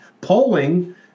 polling